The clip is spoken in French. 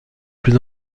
plus